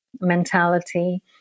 mentality